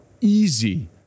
easy